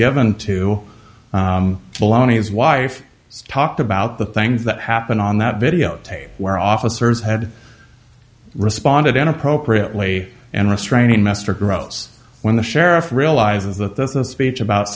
given to bologna his wife talked about the things that happened on that videotape where officers had responded and appropriately and restraining mr gross when the sheriff realizes that this is a speech about